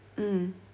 mm